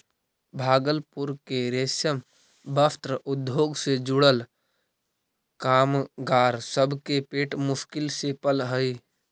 भागलपुर के रेशम वस्त्र उद्योग से जुड़ल कामगार सब के पेट मुश्किल से पलऽ हई